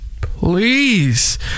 please